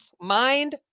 Mind